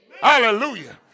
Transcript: Hallelujah